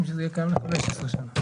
שזה יהיה קיים שזה יהיה קיים ל-15 שנים.